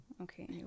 Okay